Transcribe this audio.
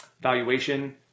valuation